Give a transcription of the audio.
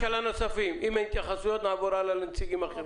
אם אין התייחסויות נעבור הלאה לנציגים אחרים.